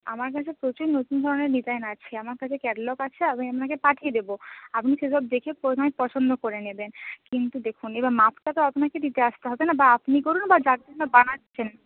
আমার কাছে প্রচুর নতুন ধরনের ডিজাইন আছে আমার কাছে ক্যাটালগ আছে আমি আপনাকে পাঠিয়ে দেবো আপনি সেসব দেখে নয় পছন্দ করে নেবেন কিন্তু দেখুন এবার মাপটা তো আপনাকে দিতে আসতে হবে না বা আপনি করুন বা যার বানাচ্ছেন